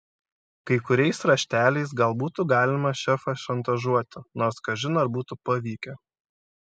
kai kuriais rašteliais gal būtų galima šefą šantažuoti nors kažin ar būtų pavykę